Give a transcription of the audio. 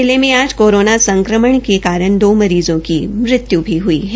जिले में आज कोरोना संक्रमण के कारण दो मरीज़ों की मृत्यु हुई है